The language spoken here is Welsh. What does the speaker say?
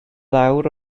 lawr